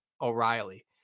O'Reilly